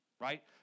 right